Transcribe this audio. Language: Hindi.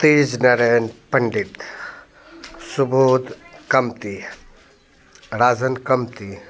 तेज नारायण पंडित सुबोध कमती राज़न कमती